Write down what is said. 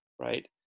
right